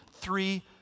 three